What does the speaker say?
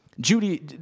Judy